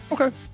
Okay